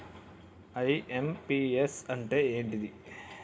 IMPS అంటే ఏంటిది?